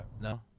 No